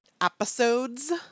episodes